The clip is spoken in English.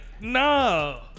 no